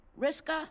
Riska